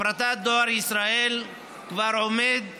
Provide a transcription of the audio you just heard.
הפרטת דואר ישראל כבר עומדת